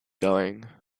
going